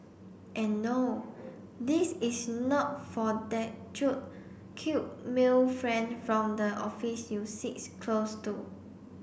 and no this is not for that cute male friend from the office you sits close to